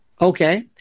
Okay